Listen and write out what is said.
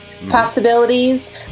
possibilities